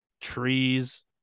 Trees